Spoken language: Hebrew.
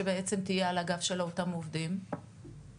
שבעצם תהיה על הגב של אותם עובדות ועובדים,